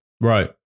Right